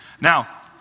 Now